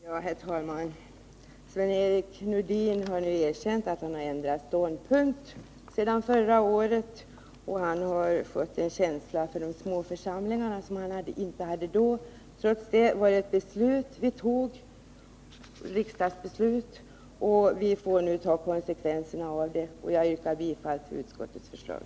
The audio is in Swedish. Herr talman! Sven-Erik Nordin har nu erkänt att han har ändrat ståndpunkt sedan förra året. Han har fått en känsla för de små församlingarna som han inte hade då. Trots allt var det ett riksdagsbeslut vi fattade, och vi får nu ta konsekvenserna av det. Jag yrkar bifall till utskottets förslag.